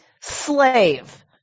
slave